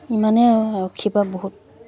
ইমানেই আৰু আৰক্ষীৰপৰা বহুত